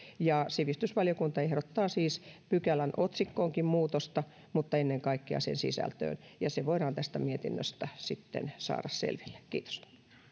sivistysvaliokunta ehdottaa siis pykälän otsikkoonkin muutosta mutta ennen kaikkea sen sisältöön ja se voidaan tästä mietinnöstä sitten saada selville kiitos